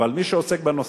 אבל מי שעוסק בנושא.